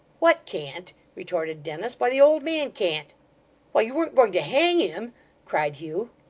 what can't retorted dennis. why, the old man can't why, you weren't going to hang him cried hugh.